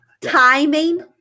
timing